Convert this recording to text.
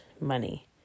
money